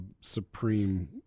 supreme